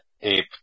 ape